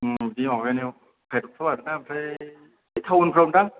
बिदि माबानायाव हायरद फ्राव आरोना ओमफ्राय बे थाउनफ्राव दां